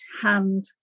hand